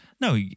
no